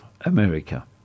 America